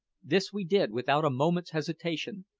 this we did without a moment's hesitation,